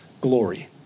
glory